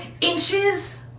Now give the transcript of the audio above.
inches